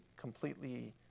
completely